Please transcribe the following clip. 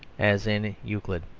as in euclid.